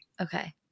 Okay